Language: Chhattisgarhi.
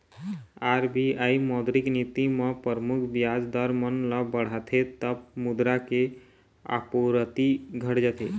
आर.बी.आई मौद्रिक नीति म परमुख बियाज दर मन ल बढ़ाथे तब मुद्रा के आपूरति घट जाथे